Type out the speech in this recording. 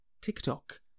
TikTok